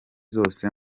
zose